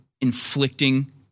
inflicting